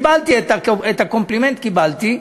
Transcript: את הקומפלימנט קיבלתי,